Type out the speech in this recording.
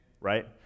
right